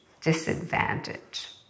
disadvantage